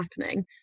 happening